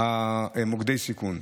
מוקדי סיכון.